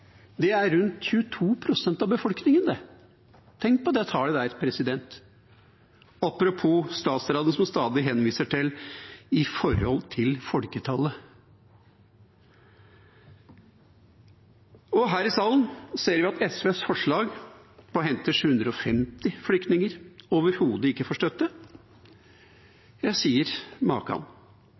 Det er rundt 22 pst. av befolkningen. Tenk på det tallet – apropos statsråden som stadig henviser til å se ting i forhold til folketallet. Her i salen ser vi at SVs forslag om å hente 750 flyktninger overhodet ikke får støtte. Jeg sier: